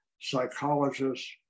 psychologists